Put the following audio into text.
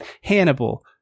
Hannibal